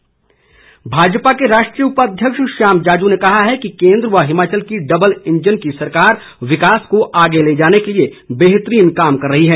श्याम जाजू भाजपा के राष्ट्रीय उपाध्यक्ष श्याम जाजू ने कहा है कि केन्द्र व हिमाचल की डबल इंजन की सरकार विकास को आगे ले जाने के लिए बेहतरीन कार्य कर रही है